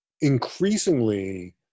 Increasingly